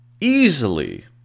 easily